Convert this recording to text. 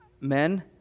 men